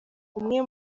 umwe